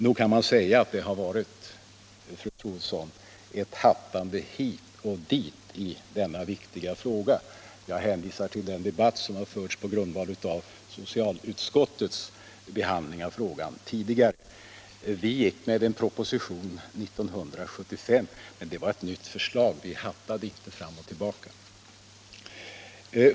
Nog kan man säga, fru Troedsson, att det har varit ett hattande hit och dit i denna viktiga fråga. Jag hänvisar till den debatt som har förts på grundval av socialutskottets behandling av frågan tidigare. Vi lade år 1975 fram en proposition om kontroll av fabrikssteriliserade engångsartiklar, men det var ett nytt förslag — vi hattade inte fram och tillbaka.